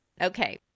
Okay